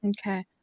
okay